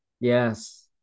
Yes